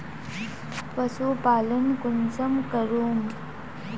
पशुपालन कुंसम करूम?